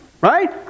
Right